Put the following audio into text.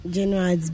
General